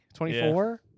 24